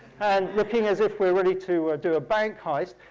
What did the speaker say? and looking as if we're ready to do a bank heist.